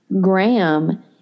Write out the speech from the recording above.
Graham